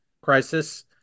Crisis